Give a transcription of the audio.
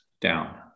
down